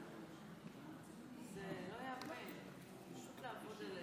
אבל לפני כן אבקש לציין